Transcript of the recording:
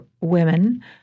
women